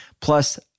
Plus